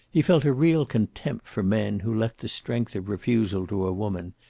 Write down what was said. he felt a real contempt for men who left the strength of refusal to a woman,